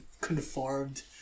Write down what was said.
conformed